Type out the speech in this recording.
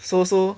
so so